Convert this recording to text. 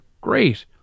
Great